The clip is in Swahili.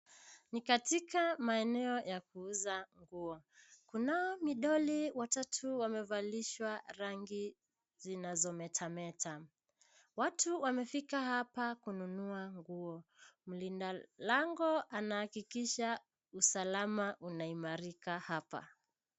Ni katika maeneo ya kuuza nguo. Kunao midoli watatu wamevalishwa rangi zinazometameta. Watu wamefika hapa kununua nguo. Mlinda lango anahakikisha usalama unaimarika hapa.